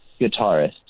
guitarist